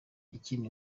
ikindi